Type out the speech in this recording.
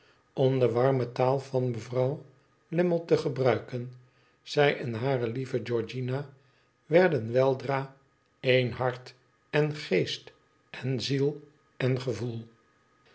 om de warme taal van mevrouw lammie te gebruiken zij en hare lieve georgiana werden weldra één hart en geest en ziel en gevoel